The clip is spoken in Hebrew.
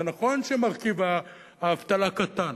זה נכון שמרכיב האבטלה קטן,